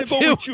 two